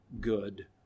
good